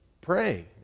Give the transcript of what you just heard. pray